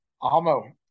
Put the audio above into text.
Amo